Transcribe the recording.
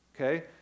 okay